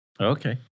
Okay